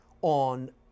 on